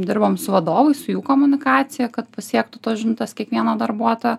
dirbom su vadovais su jų komunikacija kad pasiektų tos žinutės kiekvieną darbuotoją